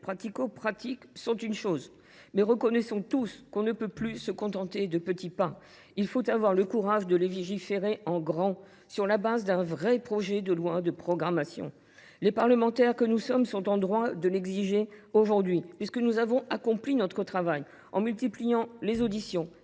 pratico pratiques, sont une chose, mais reconnaissons que nous ne pouvons plus nous contenter de petits pas. Il faut avoir le courage de légiférer en grand sur la base d’un véritable projet de loi de programmation. En tant que parlementaires, nous sommes en droit de l’exiger aujourd’hui, puisque nous avons accompli notre travail en multipliant les auditions,